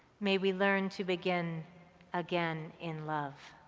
may we learn to begin again in love.